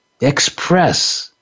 express